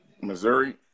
Missouri